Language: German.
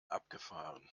abgefahren